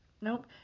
Nope